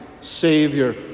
Savior